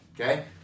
okay